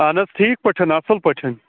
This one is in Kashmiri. اَہَن حظ ٹھیٖک پٲٹھٮ۪ن اَصٕل پٲٹھٮ۪ن